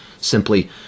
simply